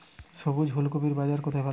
সবুজ ফুলকপির বাজার কোথায় ভালো?